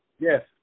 Yes